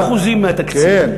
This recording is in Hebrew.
לא אחוזים מהתקציב,